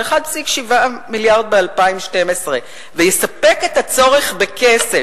ו-1.7 מיליארד ב-2012 ויספק את הצורך בכסף.